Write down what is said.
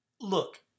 look